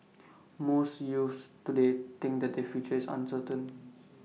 most youths today think that their future is uncertain